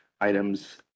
items